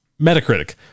Metacritic